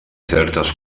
certes